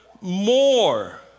more